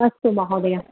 अस्तु महोदय